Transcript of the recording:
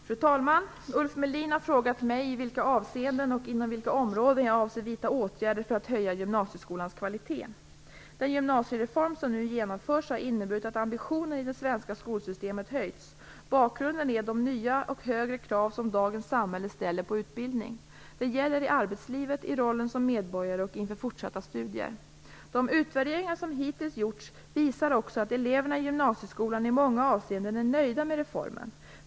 Fru talman! Ulf Melin har frågat mig i vilka avseenden och inom vilka områden jag avser vidta åtgärder för att höja gymnasieskolans kvalitet. Den gymnasieform som nu genomförts har inneburit att ambitionen i det svenska skolsystemet höjts. Bakgrunden är de nya och högre krav som dagens samhälle ställer på utbildning. Det gäller i arbetslivet, i rollen som medborgare och inför fortsatta studier. De utvärderingar som hittills gjorts visar också att eleverna i gymnasieskolan i många avseenden är nöjda med reformen.